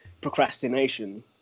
procrastination